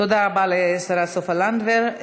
תודה רבה לשרה סופה לנדבר.